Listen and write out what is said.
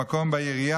עד למקום בעירייה,